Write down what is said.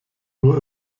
nur